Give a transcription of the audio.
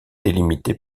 délimité